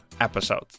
episode